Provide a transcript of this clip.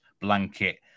blanket